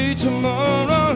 tomorrow